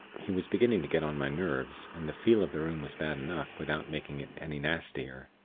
he was beginning to get on my nerves, and the feel of the room was bad enough, without making it any nastier.